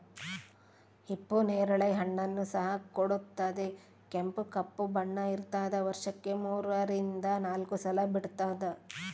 ಹಿಪ್ಪು ನೇರಳೆ ಹಣ್ಣನ್ನು ಸಹ ಕೊಡುತ್ತದೆ ಕೆಂಪು ಕಪ್ಪು ಬಣ್ಣ ಇರ್ತಾದ ವರ್ಷಕ್ಕೆ ಮೂರರಿಂದ ನಾಲ್ಕು ಸಲ ಬಿಡ್ತಾದ